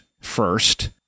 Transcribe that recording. first